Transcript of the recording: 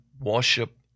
worship